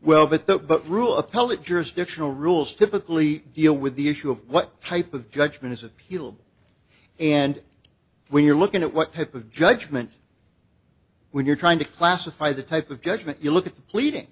well but the rule appellate jurisdictional rules typically deal with the issue of what type of judgment is appealed and when you're looking at what type of judgment when you're trying to classify the type of judgment you look at the pleading